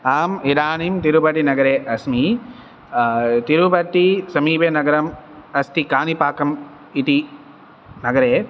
अहम् इदानीं तिरुपतिनगरे अस्मि तिरुपतिसमीपे नगरं अस्ति कानिपाकम् इति नगरे